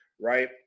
right